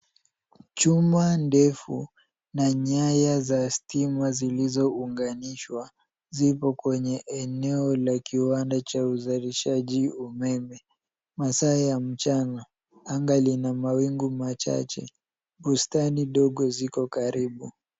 Chuma ndefu na nyaya za stima zilizounganishwa zipo kwenye eneo la kiwanda cha uzalishaji umeme masaa ya mchana. Anga lina mawingu machache. Bustani ndogo ziko karibu.